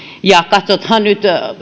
katsotaan nyt